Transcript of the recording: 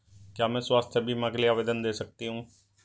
क्या मैं स्वास्थ्य बीमा के लिए आवेदन दे सकती हूँ?